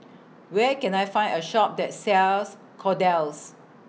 Where Can I Find A Shop that sells Kordel's